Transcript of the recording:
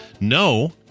no